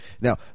Now